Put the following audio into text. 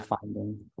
finding